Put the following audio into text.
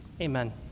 Amen